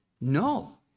No